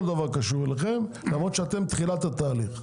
למרות שאתם תחילת התהליך.